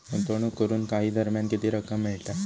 गुंतवणूक करून काही दरम्यान किती रक्कम मिळता?